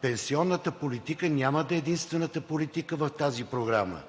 Пенсионната политика няма да е единствената политика в тази програма.